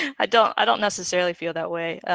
i don't i don't necessarily feel that way.